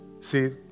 See